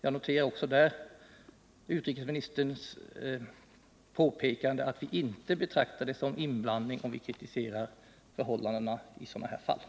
Jag noterar också utrikesministerns påpekande att vi inte betraktar det som en inblandning om vi kritiserar förhållandena i det här fallet.